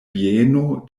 bieno